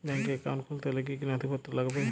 Bank account খুলতে হলে কি কি নথিপত্র লাগবে?